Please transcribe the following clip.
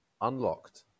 unlocked